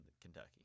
Kentucky